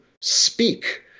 speak